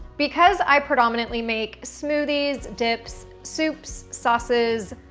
because i predominantly make smoothies, dips, soups, sauces,